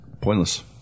pointless